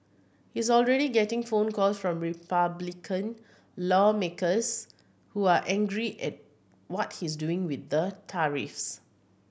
he's already getting phone calls from Republican lawmakers who are angry at what he's doing with the tariffs